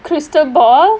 crystal ball